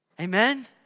amen